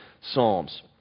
psalms